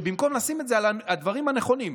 ובמקום לעשים את זה על הדברים הנכונים,